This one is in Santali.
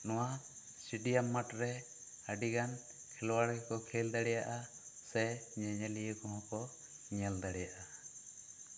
ᱱᱚᱣᱟ ᱥᱴᱮᱰᱤᱭᱟᱢ ᱢᱟᱴ ᱨᱮ ᱟᱹᱰᱤ ᱜᱟᱱ ᱠᱷᱤᱞᱚᱣᱟᱲᱤ ᱠᱚ ᱠᱷᱮᱞ ᱫᱟᱲᱮᱭᱟᱜᱼᱟ ᱥᱮ ᱧᱮᱧᱞᱤᱭᱟ ᱠᱚᱦᱚᱸ ᱠᱚ ᱧᱮᱞ ᱫᱟᱲᱮᱭᱟᱜᱼᱟ